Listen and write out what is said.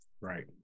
Right